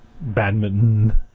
badminton